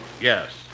Yes